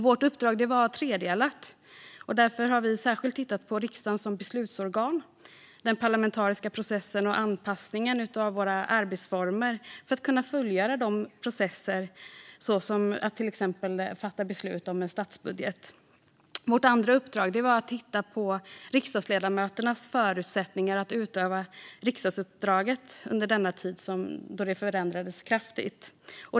Vårt uppdrag var tredelat, och vi har därför särskilt tittat på riksdagen som beslutsorgan, den parlamentariska processen och anpassningen av våra arbetsformer för att kunna fullgöra processer som till exempel att fatta beslut om en statsbudget. Vårt andra uppdrag var att titta på riksdagsledamöternas förutsättningar att utöva riksdagsuppdraget, som under denna tid förändrades kraftigt.